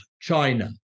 China